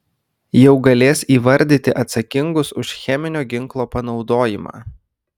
jau galės įvardyti atsakingus už cheminio ginklo panaudojimą